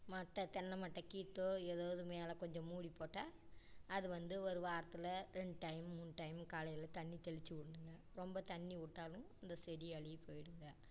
மட்டை தென்னைமட்டை கீற்றோ ஏதாவது மேலே கொஞ்சம் மூடி போட்டால் அது வந்து ஒரு வாரத்தில் ரெண்டு டைம் மூணு டைம் காலையில தண்ணி தெளித்து விட்டணுங்க ரொம்ப தண்ணி விட்டாலும் இந்த செடி அழுவி போய்டுங்க